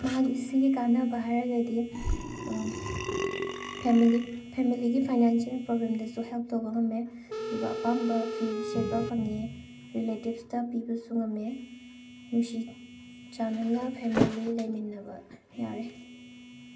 ꯑꯩꯍꯥꯛꯅ ꯁꯤꯒꯤ ꯀꯥꯟꯅꯕ ꯍꯥꯏꯔꯒꯗꯤ ꯐꯦꯃꯤꯂꯤ ꯐꯦꯃꯤꯂꯤꯒꯤ ꯐꯥꯏꯅꯥꯟꯁꯤꯌꯦꯜ ꯄ꯭ꯔꯣꯕ꯭ꯂꯦꯝꯗꯁꯨ ꯍꯦꯜꯞ ꯇꯧꯕ ꯉꯝꯃꯦ ꯑꯗꯨꯒ ꯑꯄꯥꯝꯕ ꯐꯤ ꯁꯦꯠꯄ ꯐꯪꯉꯦ ꯔꯤꯂꯦꯇꯤꯚꯁꯇ ꯄꯤꯕꯁꯨ ꯉꯝꯃꯦ ꯅꯨꯡꯁꯤ ꯆꯥꯟꯅꯅ ꯐꯦꯃꯤꯂꯤ ꯂꯩꯃꯤꯟꯅꯕ ꯌꯥꯔꯦ